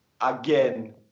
again